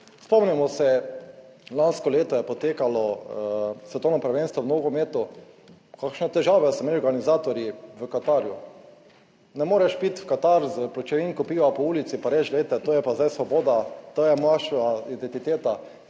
Spomnimo se, lansko leto je potekalo svetovno prvenstvo v nogometu, kakšne težave so imeli organizatorji v Katarju? Ne moreš piti v Katarju s pločevinko piva po ulici pa reči, glejte, to je pa zdaj svoboda, to je naša identiteta.